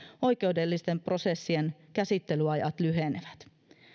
oikeudellisten prosessien käsittelyajat lyhenevät